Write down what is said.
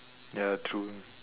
the true